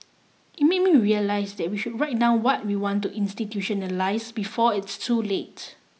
it made me realise that we should write down what we want to institutionalise before it's too late